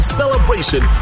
celebration